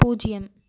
பூஜ்ஜியம்